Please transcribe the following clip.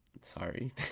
sorry